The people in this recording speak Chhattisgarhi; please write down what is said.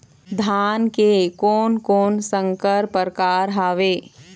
धान के कोन कोन संकर परकार हावे?